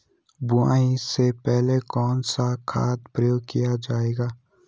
बुआई से पहले कौन से खाद का प्रयोग किया जायेगा?